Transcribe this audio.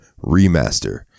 Remaster